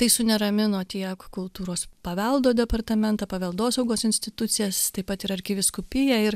tai suneramino tiek kultūros paveldo departamentą paveldosaugos institucijas taip pat ir arkivyskupiją ir